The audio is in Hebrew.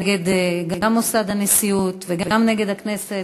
גם נגד מוסד הנשיאות וגם נגד הכנסת,